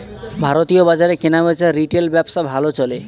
ভারতীয় বাজারে কেনাবেচার রিটেল ব্যবসা ভালো চলে